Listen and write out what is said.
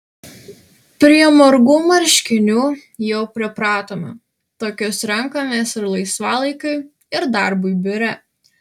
prie margų marškinių jau pripratome tokius renkamės ir laisvalaikiui ir darbui biure